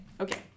okay